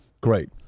great